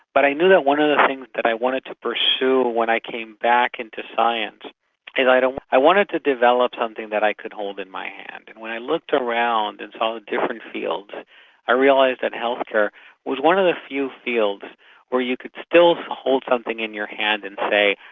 but i knew that one of the things that i wanted to pursue when i came back into science is i wanted to develop something that i could hold in my hand. and when i looked around and saw the different fields i realised that healthcare was one of the few fields where you could still hold something in your hand and say,